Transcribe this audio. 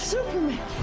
Superman